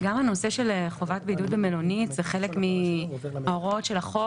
גם הנושא של חובת בידוד במלונית זה חלק מהוראות החוק